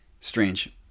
Strange